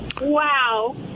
Wow